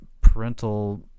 parental